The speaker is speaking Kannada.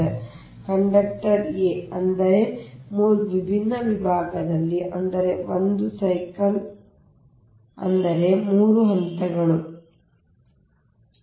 ಆದ್ದರಿಂದ ಕಂಡಕ್ಟರ್ a ಅಂದರೆ 3 ವಿಭಿನ್ನ ವಿಭಾಗದಲ್ಲಿ ಅಂದರೆ 1 ಸೈಕಲ್ ಅಂದರೆ 3 ಹಂತಗಳು